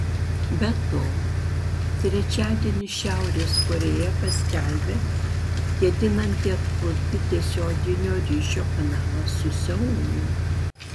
be to trečiadienį šiaurės korėja paskelbė ketinanti atkurti tiesioginio ryšio kanalą su seulu